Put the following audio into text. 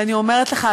ואני אומרת לך,